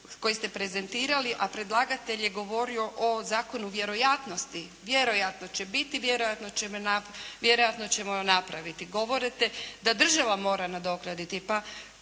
koji ste prezentirali, a predlagatelj je govorio o zakonu vjerojatnosti. Vjerojatno će biti, vjerojatno ćemo napraviti. Govorite da država mora nadoknaditi. Pa